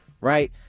right